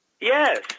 Yes